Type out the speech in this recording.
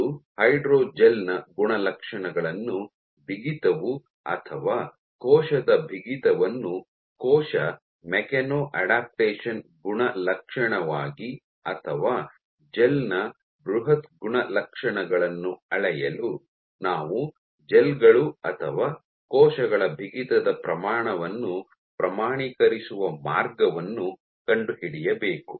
ಮತ್ತು ಹೈಡ್ರೋಜೆಲ್ ನ ಗುಣಲಕ್ಷಣಗಳನ್ನು ಬಿಗಿತವು ಅಥವಾ ಕೋಶದ ಬಿಗಿತವನ್ನು ಕೋಶ ಮೆಕ್ಯಾನೊ ಅಡಾಪ್ಟ್ಯೇಶನ್ ಗುಣಲಕ್ಷಣವಾಗಿ ಅಥವಾ ಜೆಲ್ನ ಬೃಹತ್ ಗುಣಲಕ್ಷಣಗಳನ್ನು ಅಳೆಯಲು ನಾವು ಜೆಲ್ ಗಳು ಅಥವಾ ಕೋಶಗಳ ಬಿಗಿತದ ಪ್ರಮಾಣವನ್ನು ಪ್ರಮಾಣೀಕರಿಸುವ ಮಾರ್ಗವನ್ನು ಕಂಡುಹಿಡಿಯಬೇಕು